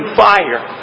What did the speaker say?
fire